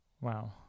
Wow